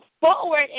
Forward